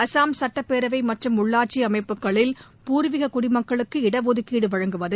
அஸ்ஸாம் சுட்டப்பேரவை மற்றம் உள்ளாட்சி அமைப்புகளில் பூர்வீக குடிமக்களுக்கு இடஒதுக்கீடு வழங்குவது